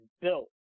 built